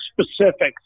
specifics